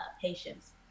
patients